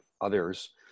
others